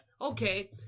Okay